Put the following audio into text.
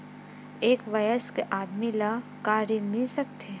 एक वयस्क आदमी ल का ऋण मिल सकथे?